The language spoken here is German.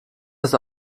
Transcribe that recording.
das